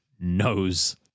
knows